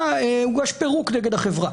הוגש פירוק נגד החברה.